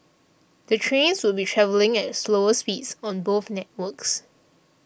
the trains would be travelling at slower speeds on both networks